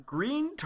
Green